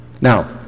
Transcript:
Now